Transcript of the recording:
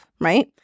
right